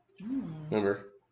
Remember